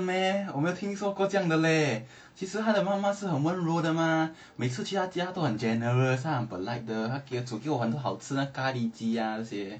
是 meh 我没有听说过这样的 leh 其实他的妈妈是很温柔的 mah 每次去他家都很 generous 她很 polite 的她煮给我很多好吃的那咖哩鸡 ah 那些